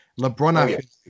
LeBron